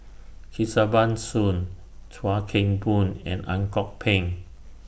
Kesavan Soon Chuan Keng Boon and Ang Kok Peng